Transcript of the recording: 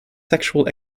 sexual